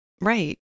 Right